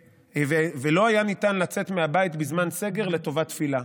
ולא היה ניתן לצאת מהבית בזמן סגר לטובת תפילה.